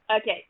Okay